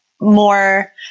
more